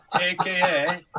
aka